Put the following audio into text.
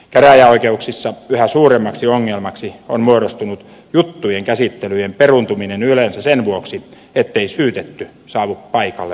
käräjäoikeuksissa yhä suuremmaksi ongelmaksi on muodostunut juttujen käsittelyjen peruuntuminen yleensä sen vuoksi ettei syytetty saavu paikalle lainkaan